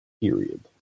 period